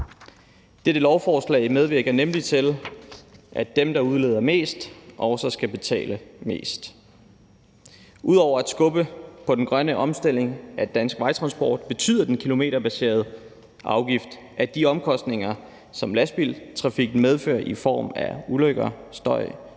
Dette lovforslag medvirker nemlig til, at dem, der udleder mest, også skal betale mest. Ud over at skubbe på den grønne omstilling af dansk vejtransport betyder den kilometerbaserede afgift også, at de omkostninger, som lastbiltrafikken medfører i form af ulykker, støj,